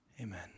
Amen